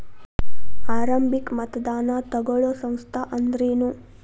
ಆರಂಭಿಕ್ ಮತದಾನಾ ತಗೋಳೋ ಸಂಸ್ಥಾ ಅಂದ್ರೇನು?